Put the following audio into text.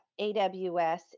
AWS